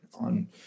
on